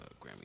Grammy